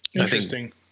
Interesting